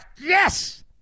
Yes